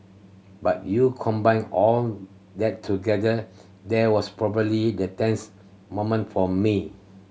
but you combine all that together there was probably the tense moment for me